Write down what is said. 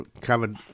covered